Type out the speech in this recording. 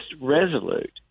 resolute